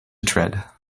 tread